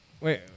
Wait